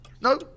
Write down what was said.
No